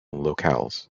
locales